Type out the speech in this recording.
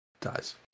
Dies